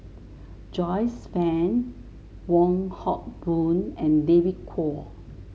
Joyce Fan Wong Hock Boon and David Kwo